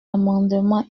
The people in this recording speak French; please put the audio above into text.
amendement